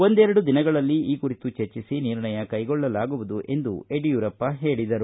ಒಂದೆರಡು ದಿನಗಳಲ್ಲಿ ಈ ಕುರಿತು ಚರ್ಚಿಸಿ ನಿರ್ಣಯ ಕೈಗೊಳ್ಳಲಾಗುವುದು ಎಂದು ಯಡಿಯೂರಪ್ಪ ಹೇಳಿದರು